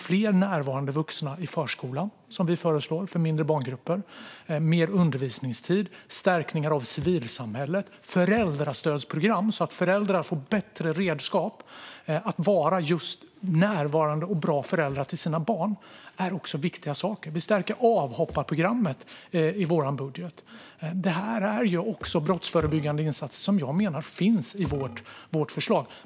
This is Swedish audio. Vi föreslår fler närvarande vuxna i förskolan för mindre barngrupper, mer undervisningstid, stärkningar av civilsamhället och föräldrastödsprogram, så att föräldrar får bättre redskap för att vara närvarande och bra föräldrar till sina barn. Vi stärker avhopparprogrammet i vår budget. Detta är brottsförebyggande insatser som finns i vårt förslag.